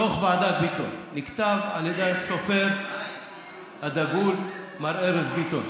דוח ועדת ביטון נכתב על ידי הסופר הדגול מר ארז ביטון,